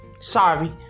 Sorry